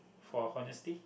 for honesty